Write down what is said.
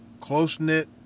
close-knit